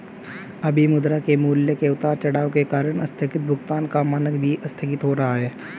अभी मुद्रा के मूल्य के उतार चढ़ाव के कारण आस्थगित भुगतान का मानक भी आस्थगित हो रहा है